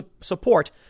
support